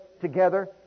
together